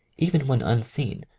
even when unseen,